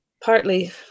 partly